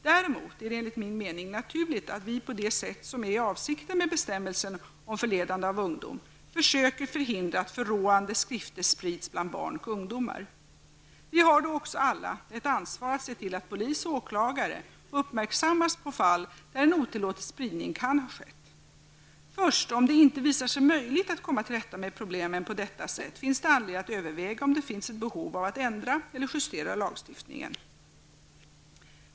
Däremot är det enligt min mening naturligt att vi på det sätt som är avsikten med bestämmelsen om förledande av ungdom, försöker förhindra att förråande skrifter sprids bland barn och ungdomar. Vi har då också alla ett ansvar att se till att polis och åklagare uppmärksammas på fall där en otillåten spridning kan ha skett. Först om det inte visar sig möjligt att komma till rätta med problemen på detta sätt finns det anledning att överväga om det finns ett behov av att ändra eller justera lagstiftningen.